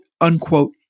unquote